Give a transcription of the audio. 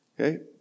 Okay